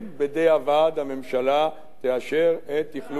הממשלה תאשר את אכלוס בית-המכפלה.